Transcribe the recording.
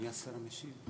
מי השר המשיב?